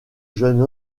jeune